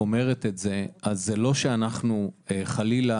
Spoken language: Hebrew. אומרת את זה, אז זה לא שאנחנו חלילה